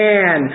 Man